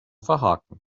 verhaken